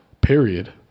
period